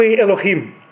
Elohim